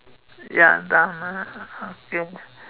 ya drama this kind of thing